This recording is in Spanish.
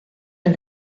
del